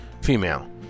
female